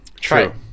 True